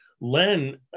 Len